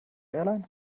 airline